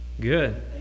Good